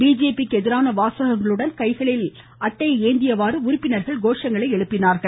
பிஜேபிக்கு எதிரான வாசகங்களுடன் கைகளில் அட்டையை ஏந்தியவாறு உறுப்பினர்கள் கோஷங்களை எழுப்பினார்கள்